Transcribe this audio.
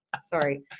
sorry